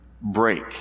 break